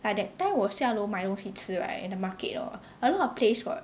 like that time 我下楼买东西吃 right the market hor a lot of place got